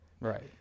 Right